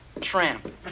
Tramp